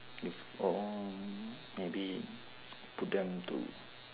if um maybe put them to